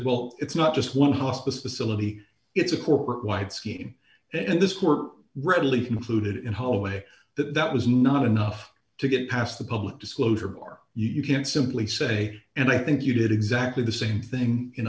well it's not just one hospice facility it's a corporate wide scheme and this court readily concluded in hallway that that was not enough to get past the public disclosure or you can't simply say and i think you did exactly the same thing in